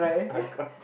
I cry